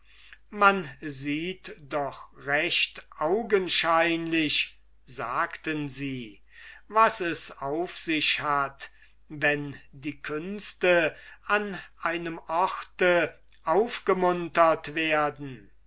man sieht doch recht augenscheinlich sagten sie was es auf sich hat wenn die künste an einem orte aufgemuntert werden